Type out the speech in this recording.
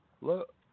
Look